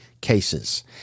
cases